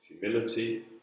humility